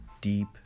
deep